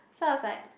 so I was like